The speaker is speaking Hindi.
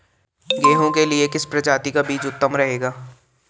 गेहूँ के लिए किस प्रजाति का बीज उत्तम रहेगा?